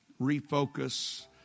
refocus